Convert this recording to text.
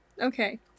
Okay